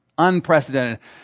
unprecedented